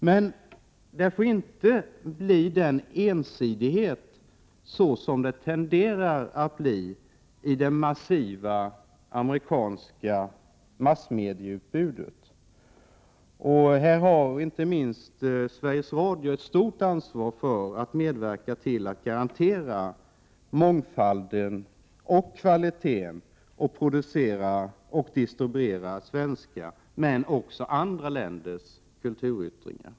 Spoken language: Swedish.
Det får dock inte bli den ensidighet som det tenderar att bli i det massiva amerikanska massmedieutbudet. Här har inte minst Sveriges Radio ett stort ansvar för att medverka till att garantera mångfalden och kvaliteten och för att producera och distribuera svenska men också andra länders kulturyttringar.